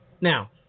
Now